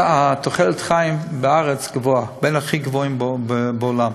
תוחלת החיים בארץ גבוהה, בין הכי גבוהות בעולם,